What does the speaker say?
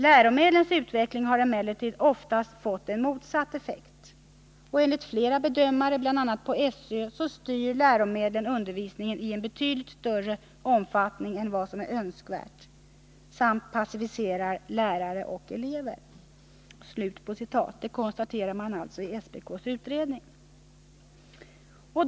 Läromedlens utveckling har emellertid oftast fått en motsatt effekt. Enligt flera bedömare, bl.a. på SÖ, styr läromedlen undervisningen i en betydligt större omfattning än vad som är önskvärt samt passiviserar lärare och elever.” Detta konstateras alltså i SPK:s utredning.